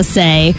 say